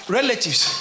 relatives